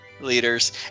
leaders